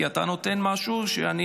כי אתה נותן משהו שאני